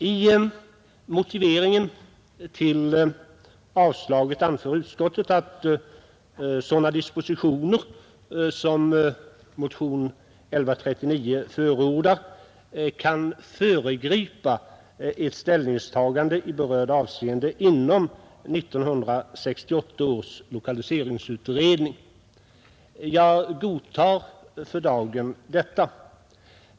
I motiveringen till avstyrkandet anför utskottet att sådana dispositioner som förordas i motion nr 1139 kan föregripa ett ställningstagande i berörda avseende inom 1968 års lokaliseringsutredning. Jag godtar för dagen detta.